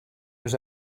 was